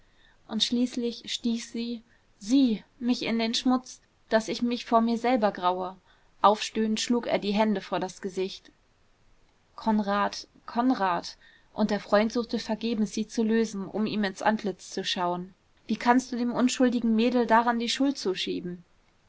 und schließlich stieß sie sie mich in den schmutz daß ich mich vor mir selber graue aufstöhnend schlug er die hände vor das gesicht konrad konrad und der freund suchte vergebens sie zu lösen um ihm ins antlitz zu schauen wie kannst du dem unschuldigen mädel daran die schuld zuschieben